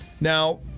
Now